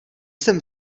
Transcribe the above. sem